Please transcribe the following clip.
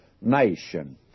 nation